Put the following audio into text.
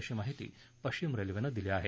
अशी माहिती पश्चिम रेल्वेनं दिली आहे